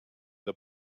the